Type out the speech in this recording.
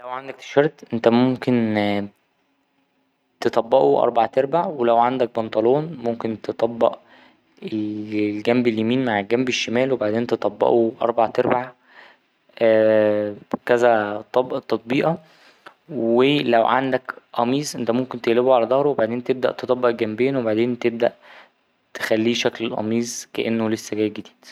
لو عندك تي شيرت إنت ممكن تطبقه أربع تربع ولو عندك بنطلون ممكن تطبق الجنب اليمين مع الجمب الشمال وبعدين تطبقه أربع تربع كذا تطبيقه و لو عندك قميص أنت ممكن تقلبه على ضهره وبعدين تبدأ تطبق الجنبين وبعدين تبدأ تخليه شكل القميص كأنه لسه جاي جديد.